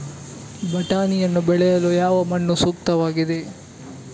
ಬಟಾಣಿಯನ್ನು ಬೆಳೆಯಲು ಯಾವ ಮಣ್ಣು ಸೂಕ್ತವಾಗಿದೆ?